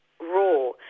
raw